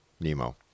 Nemo